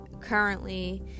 currently